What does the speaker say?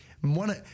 one